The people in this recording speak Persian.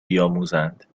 بیاموزند